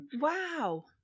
wow